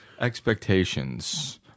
Expectations